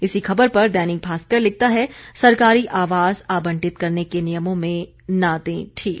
इसी खबर पर दैनिक भास्कर लिखता है सरकारी आवास आवंटित करने के नियमों में न दें ढील